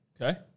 Okay